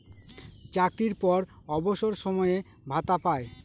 চাকরির পর অবসর সময়ে ভাতা পায়